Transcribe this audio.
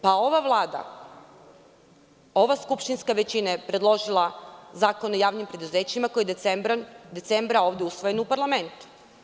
Pa, ova Vlada, ova skupštinska većina je predložila Zakon o javnim preduzećima, koji je decembra ovde usvojen u parlamentu.